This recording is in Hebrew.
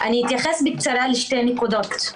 אני אתייחס בקצרה לשתי נקודות: